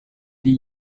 die